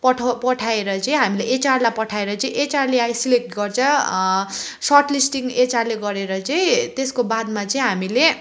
पठाउ पठाएर चाहिँ हामीले एचआरलाई पठाएर चाहिँ एचआरले आई सेलेक्ट गर्छ सर्टलिस्टिङ एचआरले गरेर चाहिँ त्यसको बादमा चाहिँ हामीले